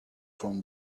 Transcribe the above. from